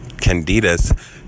Candida's